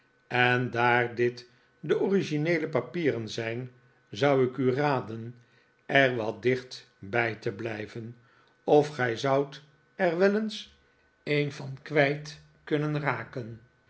en daar dit de origineele papieren zijn zou ik u raden er wat dicht bij te blijven of gij zoudt er wel eens een van kwijt kunnen raken